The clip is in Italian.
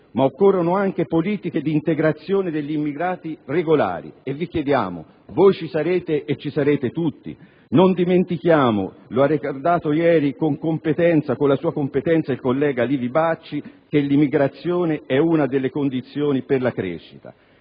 ma occorrono anche politiche di integrazione degli immigrati regolari e vi chiediamo: voi ci sarete e ci sa sarete tutti? Non dimentichiamo, lo ha ricordato ieri con la sua competenza il collega Livi Bacci, che l'immigrazione è una delle condizioni per la crescita